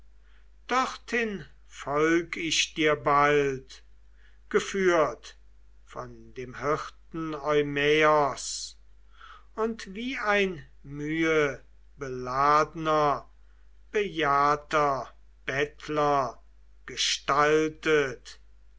dorthin folg ich dir bald geführt von dem hirten eumaios und wie ein mühebeladner bejahrter bettler gestaltet